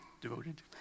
Devoted